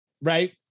right